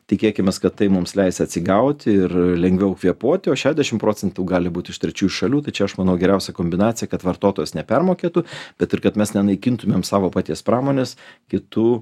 tikėkimės kad tai mums leis atsigauti ir lengviau kvėpuoti o šešiasdešimt procentų gali būt iš trečiųjų šalių tai čia aš manau geriausia kombinacija kad vartotojas nepermokėtų bet ir kad mes nenaikintumėm savo paties pramonės kitų